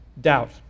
Doubt